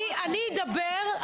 אני אדבר,